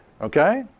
okay